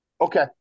Okay